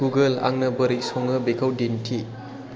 Google आंनो बोरै सङो बिखौ दिन्थि